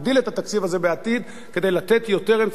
התקציב הזה בעתיד כדי לתת יותר אמצעים.